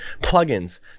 plugins